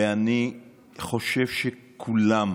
ואני חושב שכולם